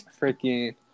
freaking